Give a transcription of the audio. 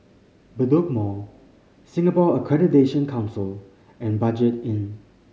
Bedok Mall Singapore Accreditation Council and Budget Inn